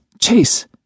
Chase